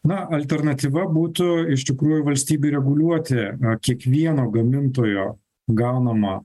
na alternatyva būtų iš tikrųjų valstybei reguliuoti kiekvieno gamintojo gaunamą